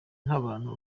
nk’abantu